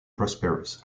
prosperous